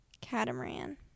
Catamaran